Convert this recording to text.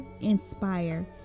inspire